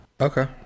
okay